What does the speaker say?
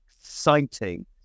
exciting